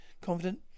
Confident